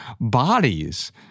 bodies